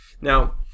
Now